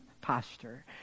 posture